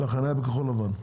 אלא חנייה בכחול-לבן.